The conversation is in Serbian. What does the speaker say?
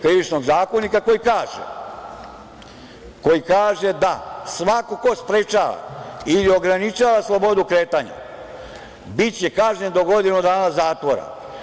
Krivičnog zakonika, koji kaže da svako ko sprečava ili ograničava slobodu kretanja biće kažnjen do godinu dana zatvora?